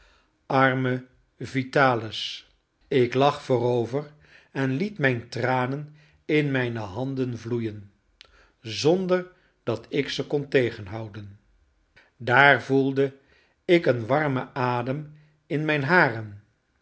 arme vitalis ik lag voorover en liet mijn tranen in mijne handen vloeien zonder dat ik ze kon tegenhouden daar voelde ik een warmen adem in mijn haren